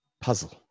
puzzle